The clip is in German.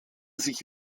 sich